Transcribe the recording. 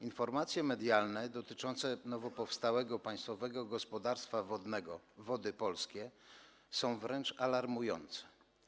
Informacje medialne dotyczące nowo powstałego Państwowego Gospodarstwa Wodnego Wody Polskie są wręcz alarmujące.